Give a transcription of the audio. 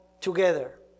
together